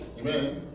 Amen